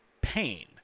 pain